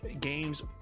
games